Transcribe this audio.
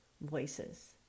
voices